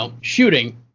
shooting